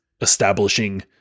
establishing